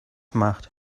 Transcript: macht